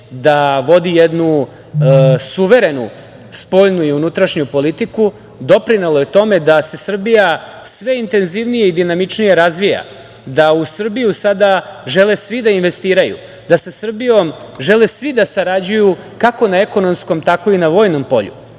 da vodi jednu suverenu spoljnu i unutrašnju politiku, doprinelo je tome da se Srbija sve intenzivnije i dinamičnije razvija, da u Srbiju žele svi da investiraju, da sa Srbijom žele svi da sarađuju kako na ekonomskom, tako i na vojnom polju